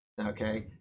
okay